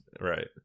Right